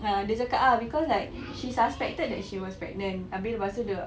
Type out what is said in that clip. ah dia cakap ah because like she suspected that she was pregnant habis lepas tu the